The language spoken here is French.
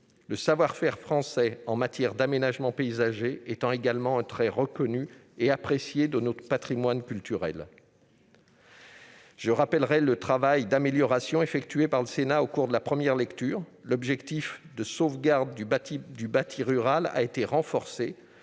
le savoir-faire français en matière d'aménagement paysager étant également un élément très reconnu et apprécié de notre patrimoine culturel. Je tiens à rappeler le travail d'amélioration de ce texte effectué par le Sénat lors de sa première lecture. Ainsi, l'objectif de sauvegarde du bâti rural a été renforcé